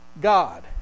God